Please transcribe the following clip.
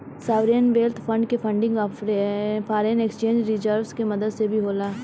sovereign wealth fund के funding foreign exchange reserves के मदद से भी होला